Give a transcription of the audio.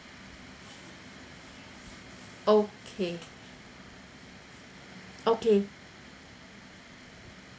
okay okay